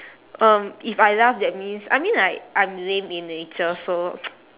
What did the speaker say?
um if I laugh that means I mean like I'm lame in nature so